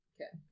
Okay